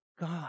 God